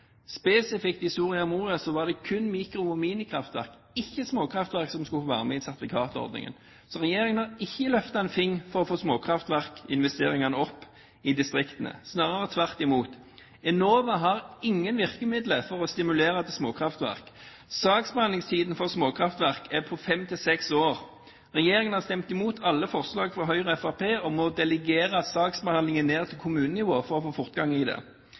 Spesifikt i Soria Moria I var det kun mikro- og minikraftverk, ikke småkraftverk, som skulle få være med i sertifikatordningen. Regjeringen har ikke løftet en finger for å få småkraftverkinvesteringene opp i distriktene, snarere tvert imot. Enova har ingen virkemidler for å stimulere til småkraftverk. Saksbehandlingstiden for småkraftverk er på fem til seks år. Regjeringen har stemt imot alle forslag fra Høyre og Fremskrittspartiet om å delegere saksbehandlingen ned til kommunenivå for å få fortgang i det.